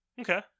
Okay